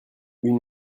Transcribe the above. une